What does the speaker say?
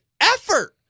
Effort